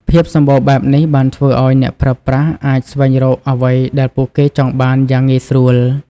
ភាពសម្បូរបែបនេះបានធ្វើឱ្យអ្នកប្រើប្រាស់អាចស្វែងរកអ្វីដែលពួកគេចង់បានយ៉ាងងាយស្រួល។